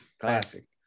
Classic